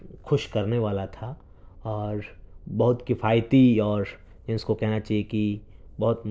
خوش کرنے والا تھا اور بہت کفایتی اور جس کو کہنا چاہیے کہ بہت